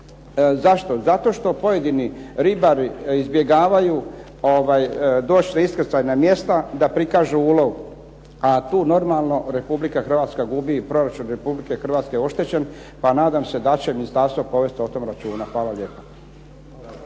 Zašto? Zato što pojedini ribari izbjegavaju doći na iskrcajna mjesta da prikažu ulov, a tu normalno Republika Hrvatska gubi, proračun Republike Hrvatske je oštećen pa nadam se da će ministarstvo povesti o tome računa. Hvala lijepa.